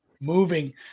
moving